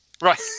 Right